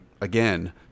again